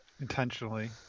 intentionally